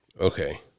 Okay